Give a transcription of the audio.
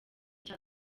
cya